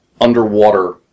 underwater